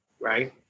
right